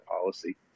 policy